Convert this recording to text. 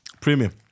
premium